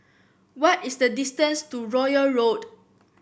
what is the distance to Royal Road